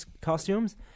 costumes